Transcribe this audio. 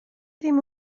ddim